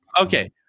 Okay